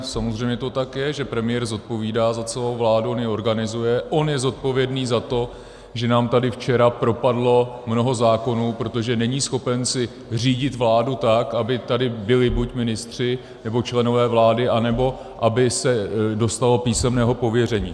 Samozřejmě to tak je, že premiér zodpovídá za celou vládu, on ji organizuje, on je zodpovědný za to, že nám tady včera propadlo mnoho zákonů, protože není schopen si řídit vládu tak, aby tady byli buď ministři, nebo členové vlády, anebo aby se dostalo písemného pověření.